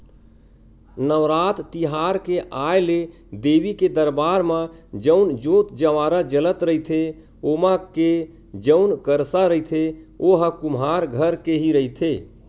नवरात तिहार के आय ले देवी के दरबार म जउन जोंत जंवारा जलत रहिथे ओमा के जउन करसा रहिथे ओहा कुम्हार घर के ही रहिथे